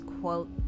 quote